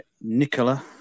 Nicola